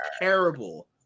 terrible